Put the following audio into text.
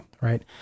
right